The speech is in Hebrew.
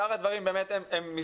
שאר הדברים הם מסגרות.